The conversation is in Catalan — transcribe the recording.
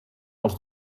els